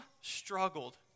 struggled